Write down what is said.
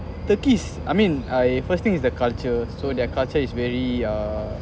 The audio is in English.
turkey's I mean I first thing it's the culture so their culture is really uh